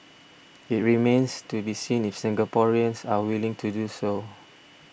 it remains to be seen if Singaporeans are willing to do so